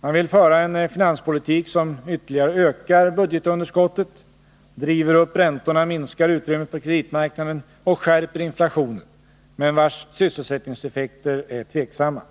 Socialdemokraterna vill föra en finanspolitik, som ytterligare ökar budgetunderskottet, driver upp räntorna, minskar utrymmet på kreditmarknaden och skärper inflationen men vars sysselsättningseffekter är tveksamma.